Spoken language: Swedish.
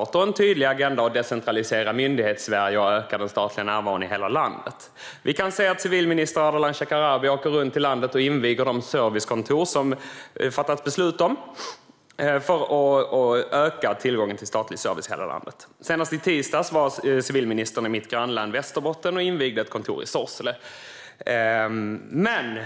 Vi gläds också åt en tydlig agenda att decentralisera Myndighetssverige och öka den statliga närvaron i hela landet. Vi kan se att civilminister Ardalan Shekarabi åker runt i landet och inviger de servicekontor som det har fattats beslut om för att öka tillgången till statlig service i hela landet. Senast i tisdags var civilministern i mitt grannlän Västerbotten och invigde ett kontor i Sorsele. Men